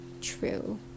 true